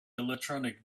electronic